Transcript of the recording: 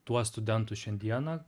tuos studentus šiandieną